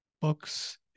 books